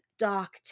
dark